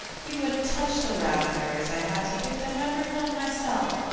you wouldn't touch the raspberries. i had to pick them every one myself.